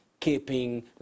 Keeping